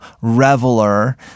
reveler